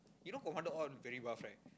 you know commando all very buff right